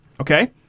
Okay